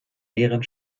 mehreren